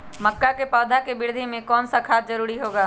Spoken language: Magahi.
मक्का के पौधा के वृद्धि में कौन सा खाद जरूरी होगा?